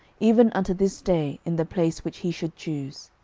even unto this day, in the place which he should choose.